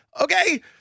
okay